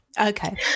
Okay